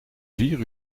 vier